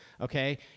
okay